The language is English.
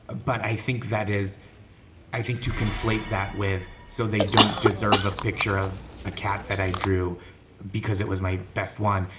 ah but i think that is i think to conflate that with. so they don't deserve a picture of a cat that i drew because it was my best one.